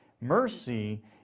Mercy